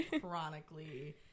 chronically